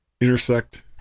intersect